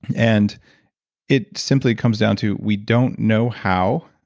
and it simply comes down to we don't know how,